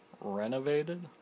renovated